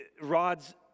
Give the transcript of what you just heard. Rod's